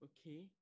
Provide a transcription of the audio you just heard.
Okay